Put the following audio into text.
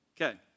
Okay